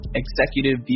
executive